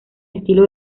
estilo